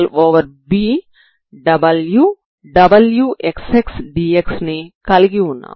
wxx⏟dxB ని కలిగి ఉన్నాము